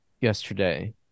Yesterday